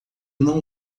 não